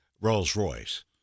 Rolls-Royce